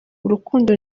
urukundo